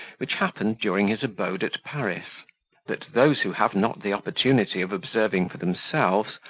which happened during his abode at paris that those who have not the opportunity of observing for themselves,